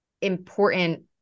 important